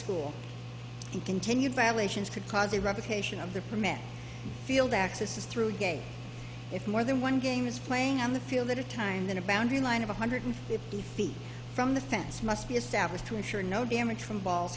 school and continued violations could cause eradication of the permit field access is through again if more than one game is playing on the field at a time then a boundary line of one hundred fifty feet from the fence must be established to ensure no damage from ball